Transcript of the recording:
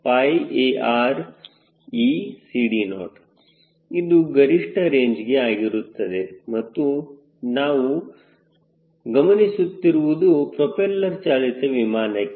WSqAReCD0 ಇದು ಗರಿಷ್ಠ ರೇಂಜ್ಗೆ ಆಗಿರುತ್ತದೆ ಮತ್ತು ನಾವು ಗಮನಿಸುತ್ತಿರುವುದು ಪ್ರೊಪೆಲ್ಲರ್ ಚಾಲಿತ ವಿಮಾನಕ್ಕೆ